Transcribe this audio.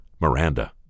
Miranda